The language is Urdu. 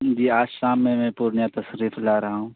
جی آج شام میں میں پورنیہ تشریف لا رہا ہوں